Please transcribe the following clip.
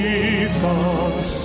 Jesus